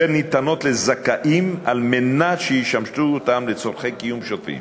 אשר ניתנות לזכאים על מנת שישמשו אותם לצורכי קיום שוטפים,